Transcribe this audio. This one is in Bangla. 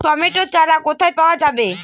টমেটো চারা কোথায় পাওয়া যাবে?